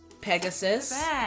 pegasus